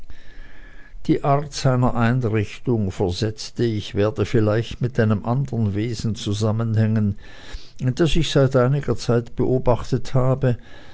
die art seiner einrichtung versetzte ich werde vielleicht mit einem andern wesen zusammenhängen das ich seit einiger zeit beobachtet habe